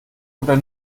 oder